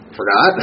forgot